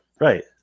Right